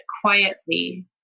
quietly